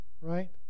right